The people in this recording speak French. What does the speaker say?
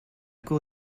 cour